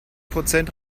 prozent